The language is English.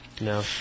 No